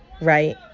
right